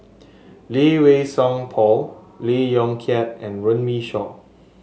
Lee Wei Song Paul Lee Yong Kiat and Runme Shaw